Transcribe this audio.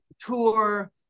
tour